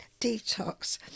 detox